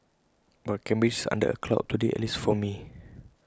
but Cambridge is under A cloud today at least for me